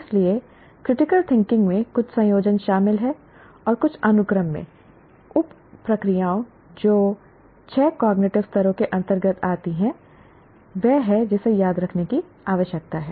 इसलिए critical thinking में कुछ संयोजन शामिल है और कुछ अनुक्रम में उप प्रक्रियाएं जो छह कॉग्निटिव स्तरों के अंतर्गत आती हैं वह है जिसे याद रखने की आवश्यकता है